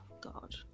God